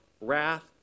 wrath